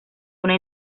una